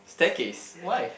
staircase why